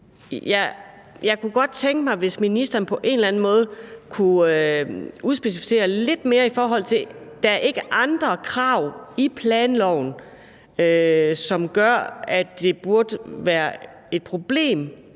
Jeg kunne godt tænke mig, hvis ministeren på en eller anden måde kunne udspecificere lidt mere, i forhold til om der er andre krav i planloven, som gør, at det er et problem